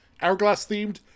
hourglass-themed